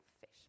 fish